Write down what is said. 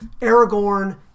Aragorn